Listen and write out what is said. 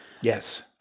Yes